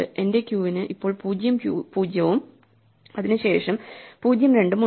എന്റെ ക്യൂവിന് ഇപ്പോൾ 0 0 ഉം അതിനുശേഷം 0 2 ഉം ഉണ്ട്